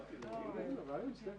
בשעה